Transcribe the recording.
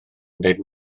wneud